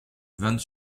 vingt